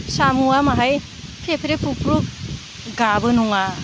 साम'आ बाहाय फेफ्रे फुफ्रु गाबो नङा